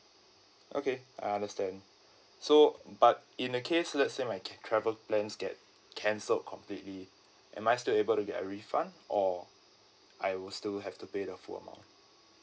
okay I understand so but in the case let's say my ca~ travel plans get cancelled completely am I still able to get a refund or I will still have to pay the full amount